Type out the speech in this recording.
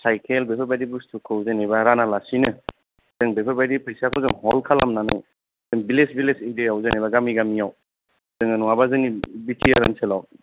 cycle बेफोरबायदि बुस्थुखौ जेन'बा रानालासेनो जों बेफोरबायदि फैसाखौ जों हल्थ खालामनानै जों भिलेज एरियायाव जेन'बा गामि गामियाव जोङो नङाबा जोंनि बि टि आर ओनसोलाव